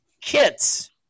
kits